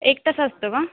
एक तास असतो का